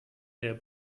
der